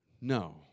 No